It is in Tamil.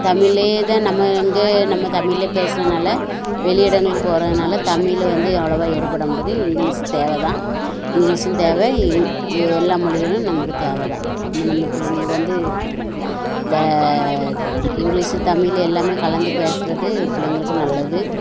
தமிழில் தான் நம்ம இங்கே நம்ம தமிழில் பேசுகிறனால வெளி இடங்களுக்கு போகிறதுனால தமிழ் வந்து அவ்வளோவா எடுபடமாட்டுக்கு இங்கிலீஷ் தேவை தான் இங்கிலீஷும் தேவை இங்கே எல்லா மொழிகளும் நமக்கு தேவவை தான் நம்ம நம்ம பிள்ளைங்களுக்கு வந்து த இங்கிலீஷு தமிழ் எல்லாம் கலந்து பேசுகிறது பிள்ளைங்களுக்கு நல்லது